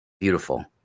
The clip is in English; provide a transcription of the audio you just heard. beautiful